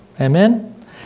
Amen